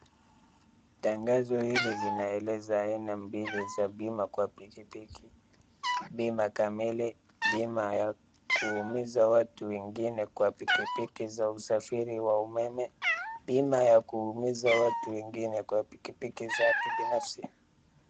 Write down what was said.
Tangazo hili linaeleza aina mbili za bima kwa pikipiki; bima kamili, bima ya kuumiza watu wengine kwa pikipiki za usafiri wa umeme, bima ya kuumiza watu wengine kwa pikipiki zake binafsi.